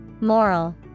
Moral